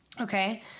Okay